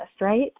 right